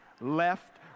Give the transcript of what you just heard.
Left